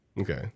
Okay